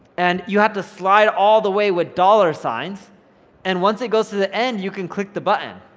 and you have to slide all the way with dollar signs and once it goes to the end, you can click the button.